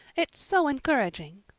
it's so encouraging.